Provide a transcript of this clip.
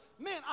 Man